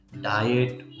diet